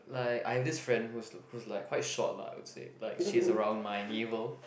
like I have this friend who's who's like quite short lah I would say like she's around my naval